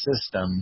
system